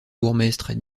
bourgmestre